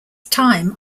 time